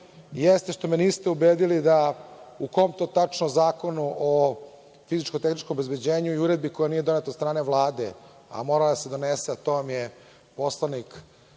jeste što me niste ubedili u kom to tačno zakonu o fizičo-tehničkom obezbeđenju i uredbi koja nije doneta od strane Vlade, a mora da se donese, a to vam je poslanik